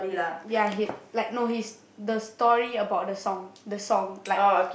ya he like no he's the story about the song the song like